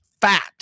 fat